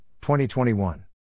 2021